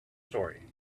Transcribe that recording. story